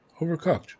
Overcooked